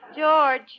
George